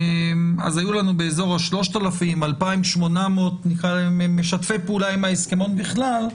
היו לנו באזור 3,000-2,800 משתפי פעולה עם ההסכמון בכלל,